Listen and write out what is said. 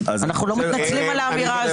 אנחנו לא מתנצלים על האמירה הזאת.